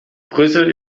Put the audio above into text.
brüssel